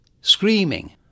Screaming